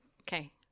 Okay